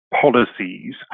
policies